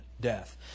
death